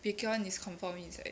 baek hyun is confirm inside